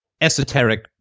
esoteric